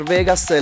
Vegas